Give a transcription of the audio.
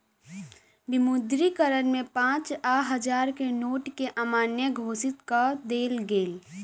विमुद्रीकरण में पाँच आ हजार के नोट के अमान्य घोषित कअ देल गेल